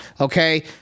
okay